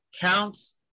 counts